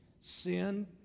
Sin